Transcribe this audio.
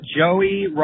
Joey